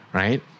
right